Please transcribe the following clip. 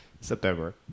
September